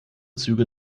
züge